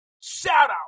shout-out